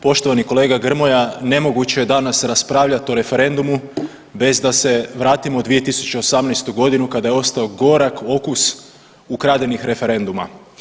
Poštovani kolega Grmoja, nemoguće je danas raspravljati o referendumu bez da se vratimo u 2018. g. kada je ostao gorak okus ukradenih referenduma.